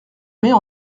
mets